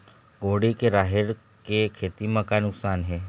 कुहड़ी के राहेर के खेती म का नुकसान हे?